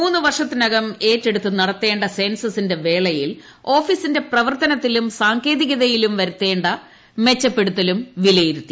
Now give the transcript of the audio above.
മൂന്നു വർഷത്തിനകം ഏറ്റെടുത്തു നടത്തേ സെൻസസിന്റെ വേളയിൽ ഓഫീസിന്റെ പ്രവർത്തനത്തിലും സാങ്കേതികതയിലും വരുത്തേ മെച്ചപ്പെടുത്തലും വിലയിരുത്തി